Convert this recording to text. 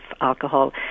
alcohol